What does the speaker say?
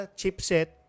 chipset